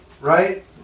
Right